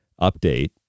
update